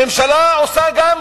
הממשלה עושה גם